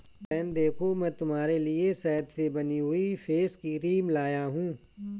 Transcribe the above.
बहन देखो मैं तुम्हारे लिए शहद से बनी हुई फेस क्रीम लाया हूं